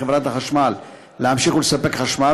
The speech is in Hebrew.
לחברת החשמל להמשיך ולספק חשמל,